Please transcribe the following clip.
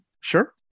Sure